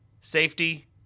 safety